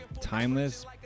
timeless